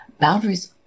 Boundaries